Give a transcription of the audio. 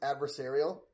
adversarial